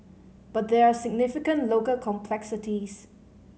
but there are significant local complexities